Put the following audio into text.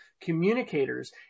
communicators